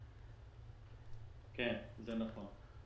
כן, זה נכון.